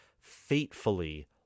fatefully